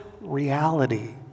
reality